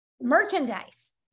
merchandise